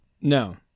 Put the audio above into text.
No